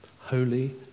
holy